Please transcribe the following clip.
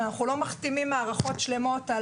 אנחנו לא מכתימים מערכות שלמות.